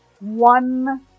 One